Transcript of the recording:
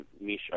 Misha